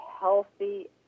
healthy